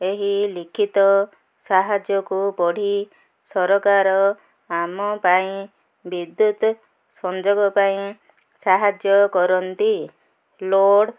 ଏହି ଲିଖିତ ସାହାଯ୍ୟକୁ ପଢ଼ି ସରକାର ଆମ ପାଇଁ ବିଦ୍ୟୁତ ସଂଯୋଗ ପାଇଁ ସାହାଯ୍ୟ କରନ୍ତି ଲୋଡ଼୍